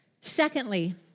Secondly